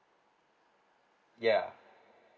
yeah